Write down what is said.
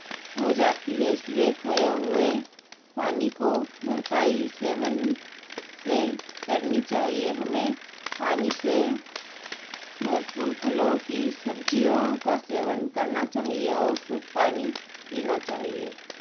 हो जाती है इसलिए खोए हुए पानी को भरपाई सेवन से करनी चाहिए हमें पानी से भरपूर फलों की सब्जियों का सेवन करना चाहिए और खूब पानी पीना चाहिए